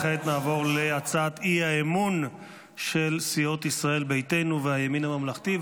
כעת נעבור להצעת האי-אמון של סיעות ישראל ביתנו והימין הממלכתי.